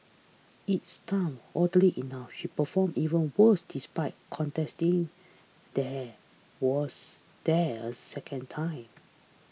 it's time oddly enough she performed even worse despite contesting there was there second time